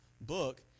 book